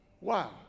Wow